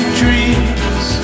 dreams